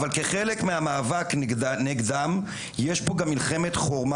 אבל כחלק מהמאבק נגדם יש פה גם מלחמת חורמה